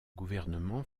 gouvernement